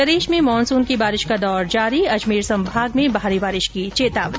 राज्य में मानूसन की बारिश का दौर जारी अजमेर संभाग में भारी बारिश की चेतावनी